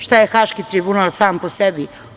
Šta je Haški tribunal sam po sebi?